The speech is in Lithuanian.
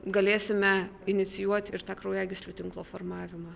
galėsime inicijuoti ir tą kraujagyslių tinklo formavimą